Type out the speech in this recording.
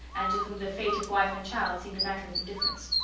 and to whom the fate of wife and child seemed a matter of indifference.